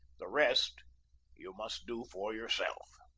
the rest you must do for yourself.